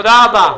תודה רבה.